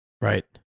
Right